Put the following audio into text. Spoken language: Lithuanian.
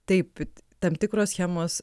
taip tam tikros schemos